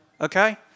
Okay